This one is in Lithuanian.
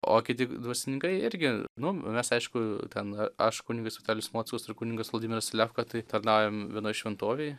o kiti dvasininkai irgi nu mes aišku ten aš kunigas vitalijus mockus ir kunigas vladimiras levko tai tarnaujam vienoj šventovėj